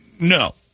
No